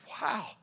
Wow